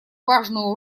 важную